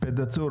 פדהצור,